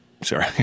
sorry